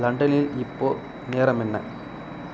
லண்டனில் இப்போது நேரம் என்ன